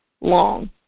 long